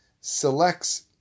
selects